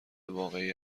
واقعی